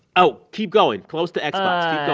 oh, keep going. close to